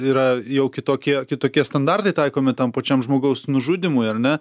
yra jau kitokie kitokie standartai taikomi tam pačiam žmogaus nužudymui ar ne